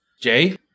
Jay